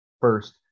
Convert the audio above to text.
first